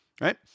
right